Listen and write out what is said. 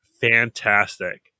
fantastic